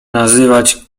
nazywać